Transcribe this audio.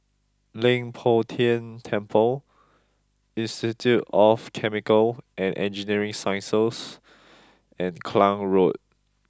Leng Poh Tian Temple Institute of Chemical and Engineering Sciences and Klang Road